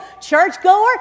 churchgoer